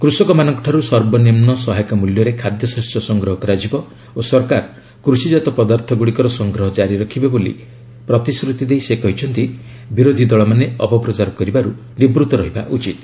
କୃଷକମାନଙ୍କଠାରୁ ସର୍ବନିମୁ ସହାୟକ ମୂଲ୍ୟରେ ଖାଦ୍ୟଶସ୍ୟ ସଂଗ୍ରହ କରାଯିବ ଓ ସରକାର କୃଷିଜାତ ପଦାର୍ଥଗୁଡ଼ିକର ସଂଗ୍ରହ କ୍ରାରି ରଖିବେ ବୋଲି ପ୍ରତିଶ୍ରୁତି ଦେଇ ସେ କହିଛନ୍ତି ବିରୋଧୀ ଦଳମାନେ ଅପପ୍ରଚାର କରିବାରୁ ନିବୃତ ରହିବା ଉଚିତ୍